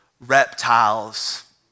reptiles